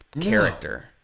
character